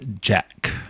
jack